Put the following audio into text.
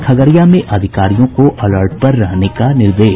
खगड़िया में अधिकारियों को अलर्ट पर रहने का निर्देश